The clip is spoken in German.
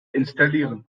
installieren